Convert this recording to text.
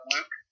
Luke